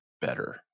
better